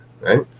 right